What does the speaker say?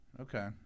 Okay